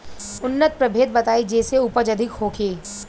उन्नत प्रभेद बताई जेसे उपज अधिक होखे?